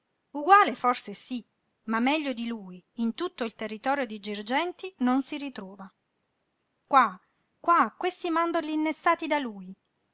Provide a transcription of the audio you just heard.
uguale forse sí ma meglio di lui in tutto il territorio di girgenti non si ritrova qua qua questi mandorli innestati da lui